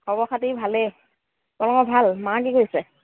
খবৰ খাতি ভালেই তোমালোকৰ ভাল মায়ে কি কৰিছে